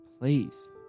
Please